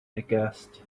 aghast